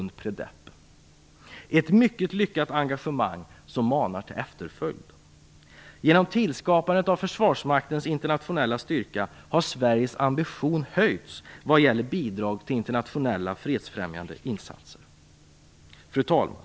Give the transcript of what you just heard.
Detta är ett mycket lyckat engagemang, som manar till efterföljare. Genom skapandet av försvarsmaktens internationella styrka har Sveriges ambition höjts vad gäller bidrag till internationella fredsfrämjande insatser. Fru talman!